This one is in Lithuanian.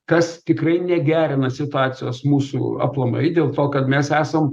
kas tikrai negerina situacijos mūsų aplamai dėl to kad mes esam